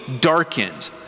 darkened